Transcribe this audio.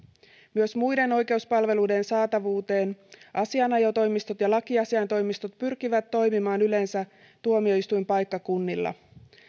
myös muiden oikeuspalveluiden saatavuuteen asianajotoimistot ja lakiasiaintoimistot pyrkivät toimimaan yleensä tuomioistuinpaikkakunnilla